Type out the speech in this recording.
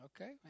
okay